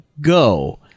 go